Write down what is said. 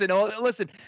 listen